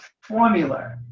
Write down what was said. formula